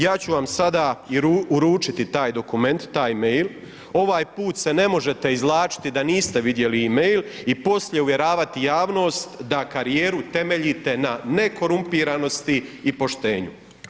Ja ću vam sada uručiti taj dokument, taj e-mail, ovaj put se ne možete izvlačiti da niste vidjeli e-mail i poslije uvjeravati javnost da karijeru temeljite na nekorumpiranosti i poštenju.